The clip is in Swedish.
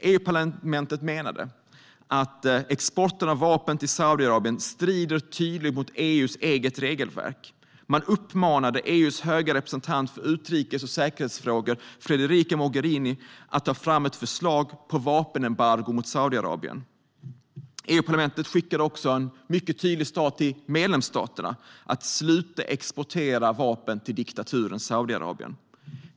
EU-parlamentet menade att exporten av vapen till Saudiarabien strider tydligt mot EU:s eget regelverk. Man uppmanade EU:s höga representant för utrikes och säkerhetsfrågor, Federica Mogherini, att ta fram ett förslag på vapenembargo mot Saudiarabien. EU-parlamentet skickade också en mycket tydlig signal till medlemsstaterna att sluta exportera vapen till diktaturen Saudiarabien.